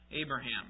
Abraham